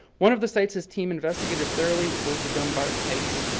one of the sites his team investigated thoroughly was the dumbarton heights,